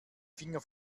finger